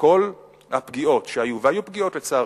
שכל הפגיעות שהיו, והיו פגיעות, לצערי,